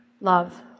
Love